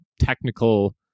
technical